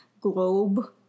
globe